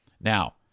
Now